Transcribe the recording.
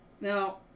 Now